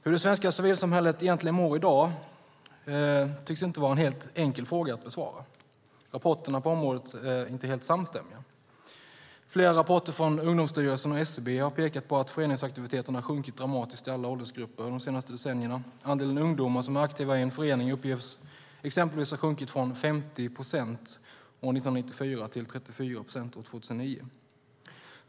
Hur det svenska civilsamhället egentligen mår i dag tycks dock inte vara en helt enkel fråga att besvara. Rapporterna på området är inte helt samstämmiga. Flera rapporter från Ungdomsstyrelsen och SCB har pekat på att föreningsaktiviteten har sjunkit dramatiskt i alla åldersgrupper de senaste decennierna. Andelen ungdomar som är aktiva i en förening uppges exempelvis ha sjunkit från 50 procent 1994 till 34 procent 2009.